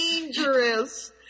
dangerous